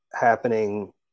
happening